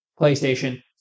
PlayStation